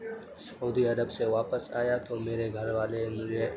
سعودی Arab سے واپس آیا تو میرے گھر والے مجھے